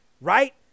Right